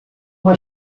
uma